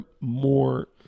more